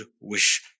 wish